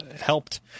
helped